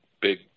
big